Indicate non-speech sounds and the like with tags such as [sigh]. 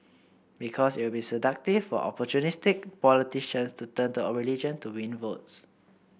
because it will be seductive for opportunistic politicians to turn to [unintelligible] religion to win votes